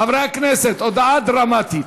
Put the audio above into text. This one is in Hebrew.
חברי הכנסת, הודעה דרמטית: